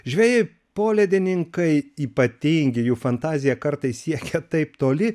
žvejai poledininkai ypatingi jų fantazija kartais siekia taip toli